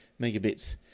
megabits